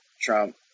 Trump